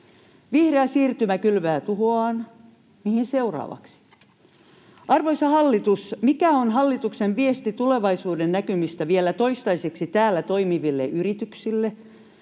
Vihreä siirtymä kylvää tuhoaan — mihin seuraavaksi? Arvoisa hallitus, mikä on hallituksen viesti tulevaisuudennäkymistä vielä toistaiseksi täällä toimiville yrityksille?